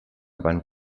van